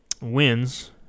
wins